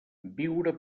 viure